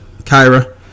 Kyra